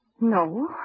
No